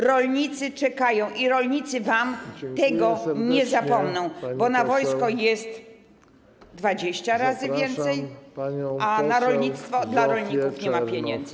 Rolnicy czekają i rolnicy wam tego nie zapomną, bo na wojsko jest dwadzieścia razy więcej, a na rolnictwo dla rolników nie ma pieniędzy.